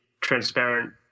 transparent